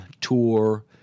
Tour